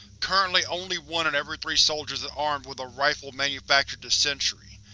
currently only one in every three soldiers is armed with a rifle manufactured this century,